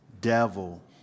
Devil